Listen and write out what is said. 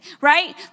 right